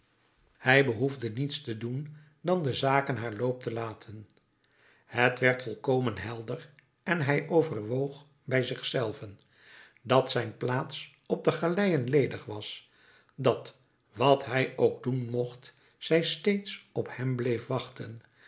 hij behoefde niets te doen dan de zaken haar loop te laten het werd volkomen helder en hij overwoog bij zich zelven dat zijn plaats op de galeien ledig was dat wat hij ook doen mocht zij steeds op hem bleef wachten